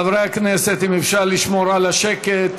חברי הכנסת, אם אפשר לשמור על השקט.